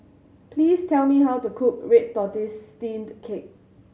please tell me how to cook red tortoise steamed cake